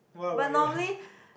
what about your